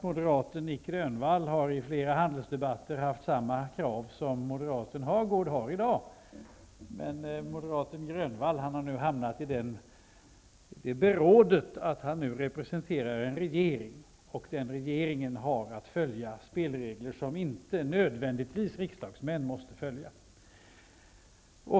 Moderaten Nic Grönvall, som i flera handelsdebatter ställt samma krav som moderaten Hagård nu ställer, har hamnat i ett sådant beråd att han representerar en regering, och den regeringen har att följa spelregler som riksdagsmän nödvändigtvis inte behöver följa.